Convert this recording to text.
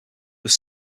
were